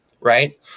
right